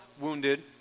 wounded